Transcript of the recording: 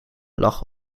lag